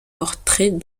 portrait